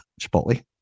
Chipotle